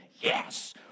Yes